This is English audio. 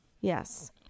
Yes